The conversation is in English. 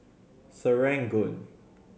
Serangoon